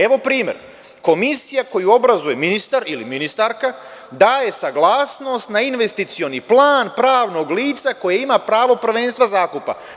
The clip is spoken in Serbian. Evo primer, komisija koju obrazuje ministar ili ministarka daje saglasnost na investicioni plan pravnog lica koje ima pravo prvenstva zakupa.